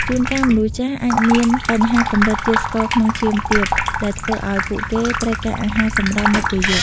ជួនកាលមនុស្សចាស់អាចមានបញ្ហាកម្រិតជាតិស្ករក្នុងឈាមទាប ដែលធ្វើឱ្យពួកគេត្រូវការអាហារសម្រន់នៅពេលយប់។